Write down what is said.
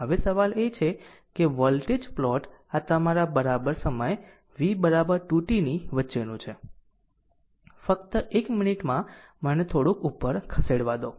હવે સવાલ એ છે કે વોલ્ટેજ પ્લોટ આ તમારા બરાબર સમય v 2 t ની વચ્ચેનું છે ફક્ત એક મિનિટમાં મને થોડુંક ઉપર ખસેડવા દો